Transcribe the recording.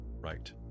right